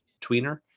tweener